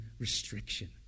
restriction